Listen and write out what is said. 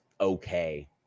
okay